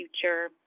future